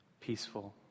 peaceful